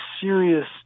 serious